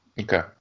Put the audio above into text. Okay